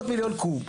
700 מיליון קוב זהו.